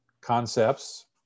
concepts